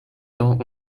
temps